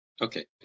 Okay